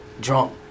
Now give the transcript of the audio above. drunk